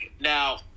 Now